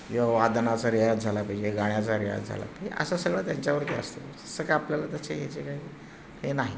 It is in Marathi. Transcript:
किंवा वादनाचा रियाज झाला पाहिजे गाण्याचा रियाज झाला असं सगळं त्यांच्यावरती असतं तसं काय आपल्याला त्याचे ह्याचे काय हे नाही